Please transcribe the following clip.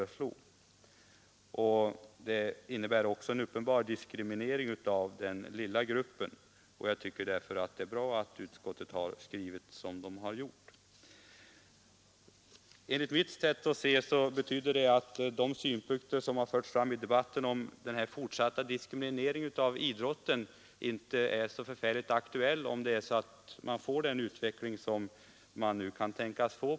Den skulle också ha inneburit en uppenbar diskriminering av den lilla gruppen. Jag tycker därför att det är bra att utskottet har skrivit som det har gjort. Enligt mitt sätt att se är de synpunkter som har förts fram i debatten om den fortsatta diskrimineringen av idrotten i framtiden inte så aktuella, om man får den utveckling av aktivitetsstödet som man nu kan tänkas få.